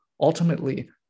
ultimately